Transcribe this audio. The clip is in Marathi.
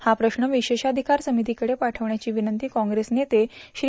हा प्रश्न विशेषाधिकार समितीकडे पाठवण्याची विनंती काँग्रेस नेत श्री